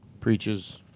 preaches